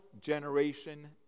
generation